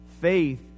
faith